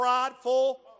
prideful